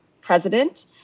president